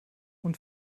und